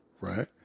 right